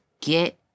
get